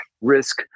risk